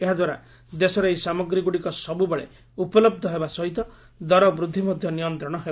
ଏହାଦ୍ୱାରା ଦେଶରେ ଏହି ସାମଗ୍ରୀଗୁଡ଼ିକ ସବୁବେଳେ ଉପଲହ୍ଧ ହେବା ସହିତ ଦର ବୃଦ୍ଧି ମଧ୍ୟ ନିୟନ୍ତ୍ରଣ ହେବ